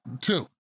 two